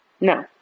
No